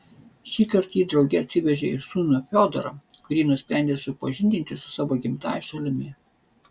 šįkart ji drauge atsivežė ir sūnų fiodorą kurį nusprendė supažindinti su savo gimtąja šalimi